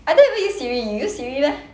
I don't even use siri you use siri meh